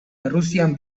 errusian